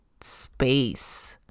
space